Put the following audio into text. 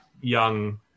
young